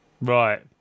Right